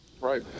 right